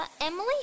Emily